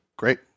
Great